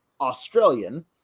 Australian